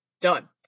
done